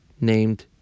named